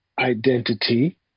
identity